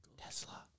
Tesla